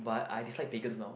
but I dislike Pegan's now